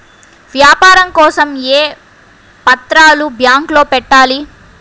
వ్యాపారం కోసం ఏ పత్రాలు బ్యాంక్లో పెట్టాలి?